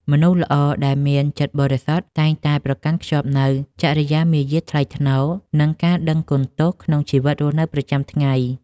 មនុស្សល្អដែលមានចិត្តបរិសុទ្ធតែងតែប្រកាន់ខ្ជាប់នូវចរិយាមារយាទថ្លៃថ្នូរ និង ការដឹងគុណទោសក្នុងជីវិតរស់នៅប្រចាំថ្ងៃ